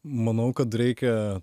manau kad reikia